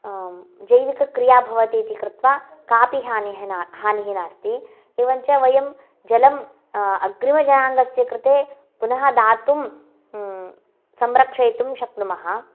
जैविकक्रिया भवति इति कृत्वा कापि हानिः न हानि नास्ति एवं च वयं जलं अग्रिमजनाङ्गस्य कृते पुन दातुं संरक्षयितुं शक्नुम